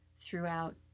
throughout